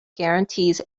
guarantees